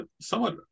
somewhat